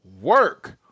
work